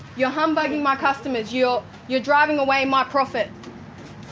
you're humbugging my customers, you're you're driving away my profit.